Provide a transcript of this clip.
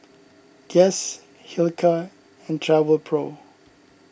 Guess Hilker and Travelpro